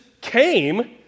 came